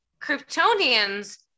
kryptonians